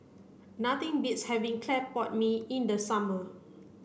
nothing beats having clay pot mee in the summer